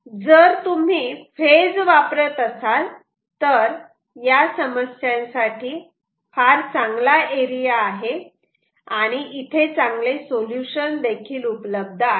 जर तुम्ही फेज वापरत असाल तर या समस्या साठी फार चांगला एरिया आहे आणि इथे चांगले सोल्युशन देखील उपलब्ध आहेत